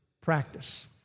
practice